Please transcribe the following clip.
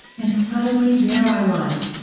and suddenly there i was,